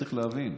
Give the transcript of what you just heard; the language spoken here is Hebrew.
צריך להבין: